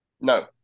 No